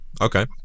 Okay